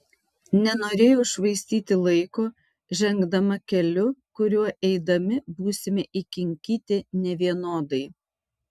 nenorėjau švaistyti laiko žengdama keliu kuriuo eidami būsime įkinkyti nevienodai